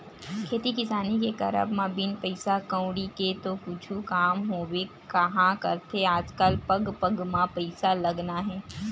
खेती किसानी के करब म बिन पइसा कउड़ी के तो कुछु काम होबे काँहा करथे आजकल पग पग म पइसा लगना हे